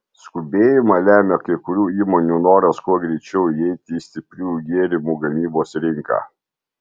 skubėjimą lemia kai kurių įmonių noras kuo greičiau įeiti į stipriųjų gėrimų gamybos rinką